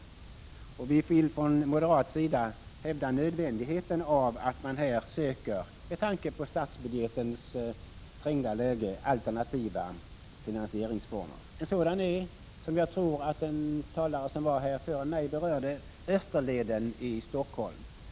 Vi vill från moderat sida hävda nödvändigheten av att man här med tanke på statbudgetens trängda läge söker alternativa finansieringsformer. En sådan avser — vilket jag tror att en talare före mig har berört — Österleden i Stockholm.